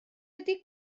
ydy